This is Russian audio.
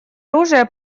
оружие